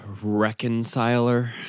reconciler